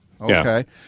okay